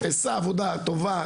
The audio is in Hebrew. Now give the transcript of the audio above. נעשתה עבודה טובה,